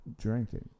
drinking